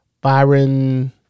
Byron